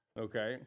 Okay